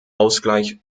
ausgleich